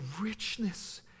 richness